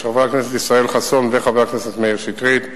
של חבר הכנסת ישראל חסון וחבר הכנסת מאיר שטרית,